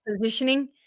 positioning